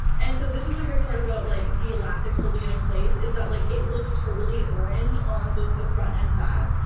and so, this is the great part about like the elastics holding it in place, is that like it looks totally orange on both the front and back.